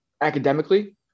Academically